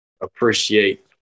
appreciate